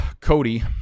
Cody